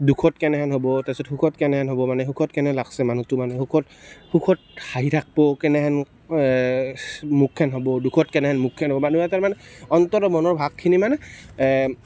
দুখত কেনেহেন হ'ব তাৰ পাচত সুখত কেনেহেন হ'ব মানে সুখত কেনে লাগিছে মানুহটো মানে সুখত সুখত হাঁহি থাকিব কেনেহেন মুখখন হ'ব দুখত কেনেহেন মুখখন হ'ব মানুহ এটাৰ মানে অন্তৰৰ মনৰ ভাৱখিনি মানে